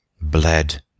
bled